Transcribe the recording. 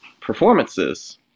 performances